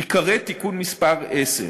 עיקרי תיקון מס' 10,